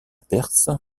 perse